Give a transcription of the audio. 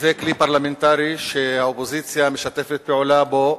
זה כלי פרלמנטרי שהאופוזיציה משתפת פעולה בו,